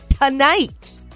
tonight